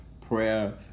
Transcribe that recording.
prayer